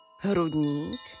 hrudník